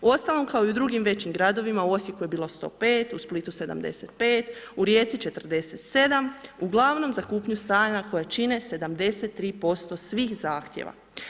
Uostalom kao i u drugim većim gradovima, u Osijeku je bilo 105, u Splitu 75, u Rijeci 47. uglavnom za kupnju stana koje čine 73% svih zahtjeva.